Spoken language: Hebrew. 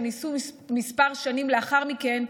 שנישאו כמה שנים לאחר מכן,